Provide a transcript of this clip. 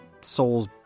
souls